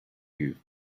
you